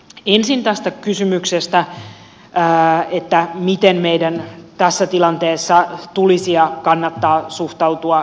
ensin tästä kysymyksestä miten meidän tässä tilanteessa tulisi ja kannattaa suhtautua venäjään